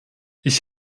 ich